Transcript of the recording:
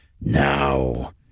Now